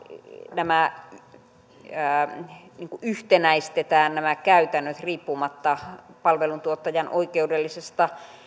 nämä käytännöt yhtenäistetään riippumatta palveluntuottajan oikeudellisesta